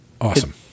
Awesome